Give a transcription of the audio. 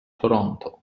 toronto